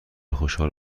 خوشحال